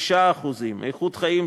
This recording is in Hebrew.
6%; איכות חיים,